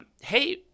Hey